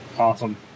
awesome